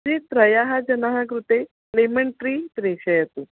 तर्हि त्रयः जनानां कृते लेमन् ट्री प्रेषयतु